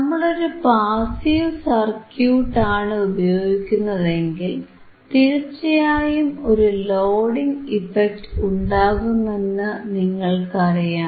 നമ്മളൊരു passive circuit ആണ് ഉപയോഗിക്കുന്നതെങ്കിൽ തീർച്ചയായും ഒരു ലോഡിംഗ് ഇഫക്ട് ഉണ്ടാകുമെന്ന് നിങ്ങൾക്കറിയാം